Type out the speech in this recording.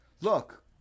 look